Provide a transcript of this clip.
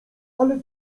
ale